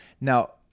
Now